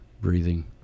breathing